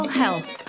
health